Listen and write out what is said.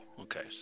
okay